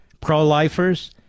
pro-lifers